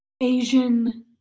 Asian